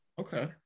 Okay